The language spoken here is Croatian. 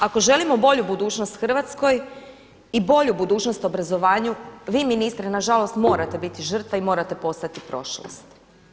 Ako želimo bolju budućnost Hrvatskoj i bolju budućnost obrazovanju vi ministre nažalost morate biti žrtva i morate postati prošlost.